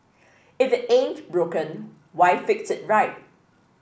if it ain't broken why fix it right